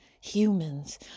humans